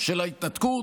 של ההתנתקות,